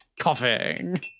coughing